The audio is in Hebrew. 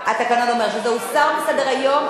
אומר שזה הוסר מסדר-היום,